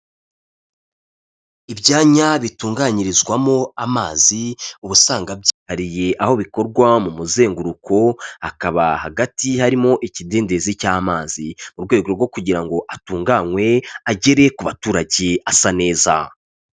Ibyanya bitunganyirizwamo amazi uba usanga byihariye aho bikorwa mu muzenguruko, akaba hagati harimo ikidendezi cy'amazi mu rwego rwo kugira ngo atunganywe agere ku baturage asa neza.